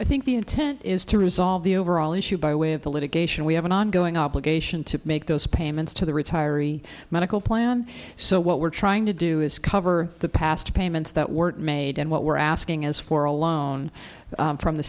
i think the intent is to resolve the overall issue by way of the litigation we have an ongoing obligation to make those payments to the retiree medical plan so what we're trying to do is cover the past payments that were made and what we're asking is for a loan from the